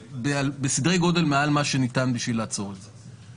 אנחנו בסדרי גודל מעל מה שניתן בשביל לעצור את זה.